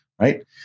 right